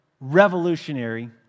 revolutionary